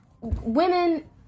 women